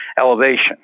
Elevation